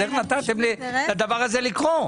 איך נתתם לזה לקרות?